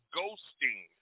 ghosting